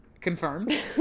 Confirmed